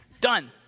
done